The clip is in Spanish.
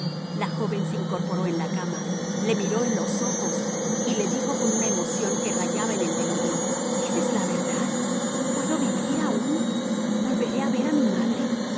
la joven se incorporó en la cama le miró en los ojos y le dijo con una emoción que rayaba en el delirio dices la verdad puedo vivir aún volveré a ver a mi madre